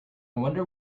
wonder